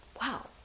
wow